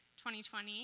2020